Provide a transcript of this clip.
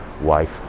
wife